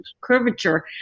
curvature